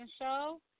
Show